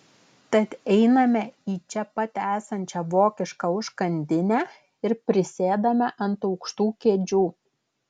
tad einame į čia pat esančią vokišką užkandinę ir prisėdame ant aukštų kėdžių